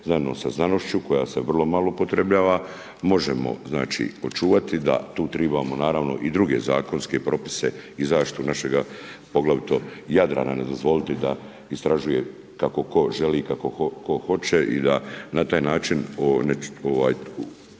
znanost sa znanošću koja se vrlo malo upotrebljava možemo, znači očuvati, da tu tribamo naravno i druge zakonske propise i zaštitu našega poglavito Jadrana, ne dozvoliti da istražuje kako tko želi, kako tko hoće i da na taj način okoliš